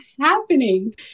happening